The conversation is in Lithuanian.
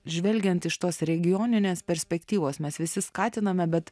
žvelgiant iš tos regioninės perspektyvos mes visi skatiname bet